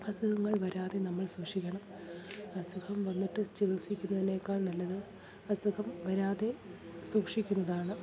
അസുഖങ്ങൾ വരാതെ നമ്മൾ സൂക്ഷിക്കണം അസുഖം വന്നിട്ട് ചികിത്സിക്കുന്നതിനേക്കാൾ നല്ലത് അസുഖം വരാതെ സൂക്ഷിക്കുന്നതാണ്